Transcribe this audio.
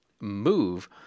move